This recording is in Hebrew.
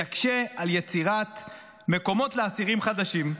יקשה על יצירת מקומות לאסירים חדשים.